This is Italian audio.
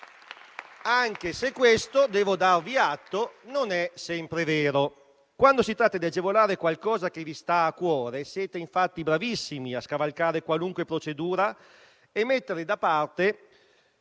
che questo non è sempre vero: quando si tratta di agevolare qualcosa che vi sta a cuore, siete infatti bravissimi a scavalcare qualunque procedura e a mettere da parte